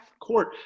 court